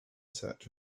search